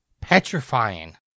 petrifying